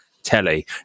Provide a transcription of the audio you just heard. Telly